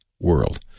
world